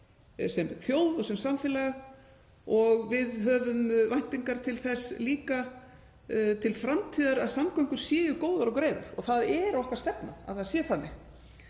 sem þjóð og sem samfélag og við höfum líka væntingar til þess til framtíðar að samgöngur séu góðar og greiðar og það er okkar stefna að það sé þannig.